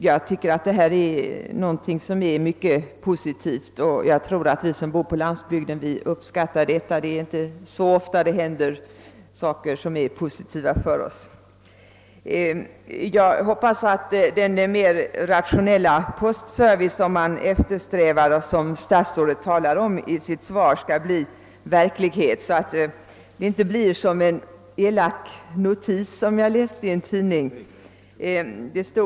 Jag tycker att detta är positivt, och vi som bor på landsbygden uppskattar det. Det är inte så ofta det händer positiva saker för oss. Jag hoppas att den mera rationella postservice som man eftersträvar och som statsrådet talade om i sitt svar också skall bli en realitet, så att det inte blir på det sätt som elakt beskrevs i en tidning som jag läst.